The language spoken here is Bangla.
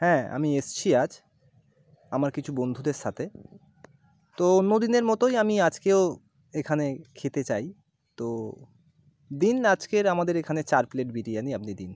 হ্যাঁ আমি এসেছি আজ আমার কিছু বন্ধুদের সাথে তো অন্য দিনের মতোই আমি আজকেও এখানে খেতে চাই তো দিন আজকে আমাদের এখানে চার প্লেট বিরিয়ানি আপনি দিন